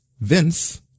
vince